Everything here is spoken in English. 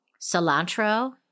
cilantro